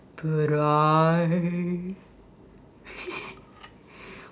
but I